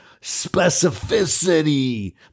Specificity